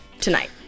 tonight